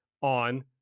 on